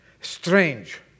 Strange